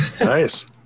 Nice